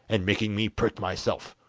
and making me prick myself